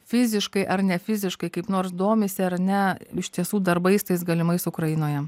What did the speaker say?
fiziškai ar ne fiziškai kaip nors domisi ar ne iš tiesų darbais tais galimais ukrainoje